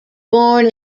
born